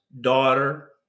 daughter